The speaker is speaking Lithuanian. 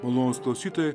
malonūs klausytojai